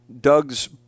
Doug's